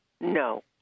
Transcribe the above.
No